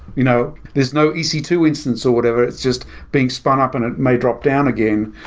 you know there's no e c two instance or whatever, it's just being spun up and it may drop down again.